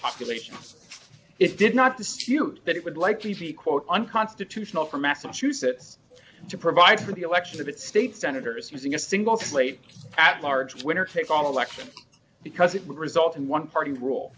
population it did not dispute that it would likely be quote unconstitutional for massachusetts to provide for the election of its state senators using a single slate at large winner take all election because it would result in one party rule